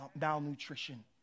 malnutrition